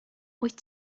wyt